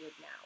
now